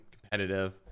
competitive